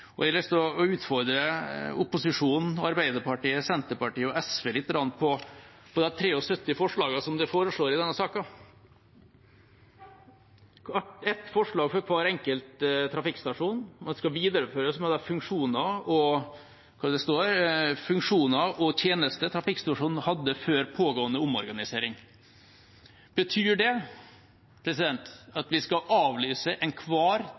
Jeg har lyst til å utfordre opposisjonen, Arbeiderpartiet, Senterpartiet og SV, lite grann på de 73 forslagene de foreslår i denne saken – ett forslag for hver enkelt trafikkstasjon, som skal videreføres med de funksjoner og tjenester trafikkstasjonen hadde før pågående omorganisering. Betyr det at vi skal avlyse enhver